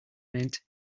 meant